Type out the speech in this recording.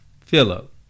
Philip